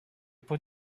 put